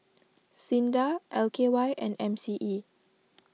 Sinda L K Y and M C E